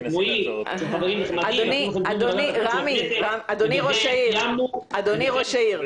אדוני ראש העיר,